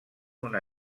una